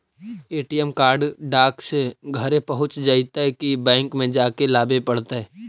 ATM card डाक से घरे पहुँच जईतै कि बैंक में जाके लाबे पड़तै?